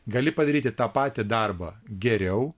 gali padaryti tą patį darbą geriau